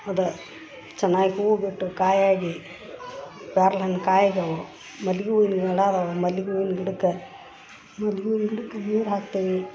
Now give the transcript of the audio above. ಅದು ಚೆನ್ನಾಗಿ ಹೂವು ಬಿಟ್ಟು ಕಾಯಾಗಿ ಪ್ಯಾರ್ಲೆ ಹಣ್ಣ್ ಕಾಯಿಗಳು ಮಲ್ಲಿಗೆ ಹೂವಿನ ಗಿಡ ಅದವ ಮಲ್ಲಿಗೆ ಹೂವಿನ ಗಿಡಕ್ಕೆ ಮಲ್ಲಿಗೆ ಹೂವಿನ ಗಿಡಕ್ಕೆ ನೀರು ಹಾಕ್ತೇವಿ